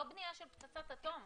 לא בנייה של פצצות אטום.